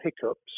hiccups